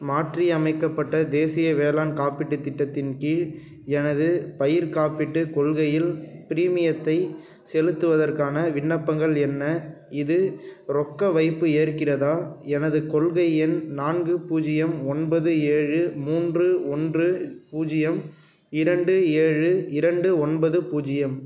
மாற்றியமைக்கப்பட்ட தேசிய வேளாண் காப்பீட்டுத் திட்டத்தின் கீழ் எனது பயிர்க் காப்பீட்டுக் கொள்கையில் பிரீமியத்தைச் செலுத்துவதற்கான விண்ணப்பங்கள் என்ன இது ரொக்க வைப்பு ஏற்கிறதா எனது கொள்கை எண் நான்கு பூஜ்ஜியம் ஒன்பது ஏழு மூன்று ஒன்று பூஜ்ஜியம் இரண்டு ஏழு இரண்டு ஒன்பது பூஜ்ஜியம்